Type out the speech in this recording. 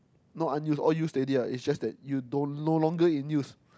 not unuse all use already [what] is just that you don't no longer in use